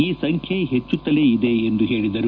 ಈ ಸಂಖ್ಯೆ ಹೆಚ್ಚುತ್ತಲೇ ಇದೆ ಎಂದು ಹೇಳಿದರು